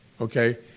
okay